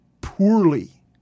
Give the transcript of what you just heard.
poorly